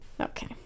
Okay